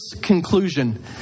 conclusion